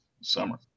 summer